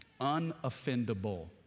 unoffendable